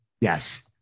Yes